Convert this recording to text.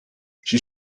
she